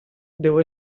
devo